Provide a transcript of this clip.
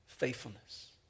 faithfulness